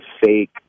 fake